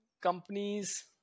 companies